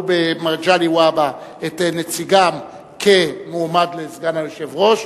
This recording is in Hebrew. במגלי והבה את נציגן כמועמד לסגן היושב-ראש,